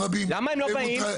למה הם לא באים?